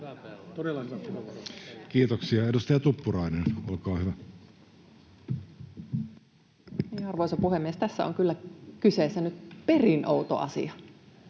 Kiitoksia. — Edustaja Tuppurainen, olkaa hyvä. Arvoisa puhemies! Tässä on kyllä kyseessä nyt perin outo asia